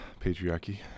Patriarchy